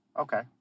Okay